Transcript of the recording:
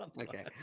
Okay